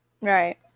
Right